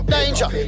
Danger